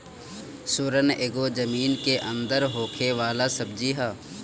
सुरन एगो जमीन के अंदर होखे वाला सब्जी हअ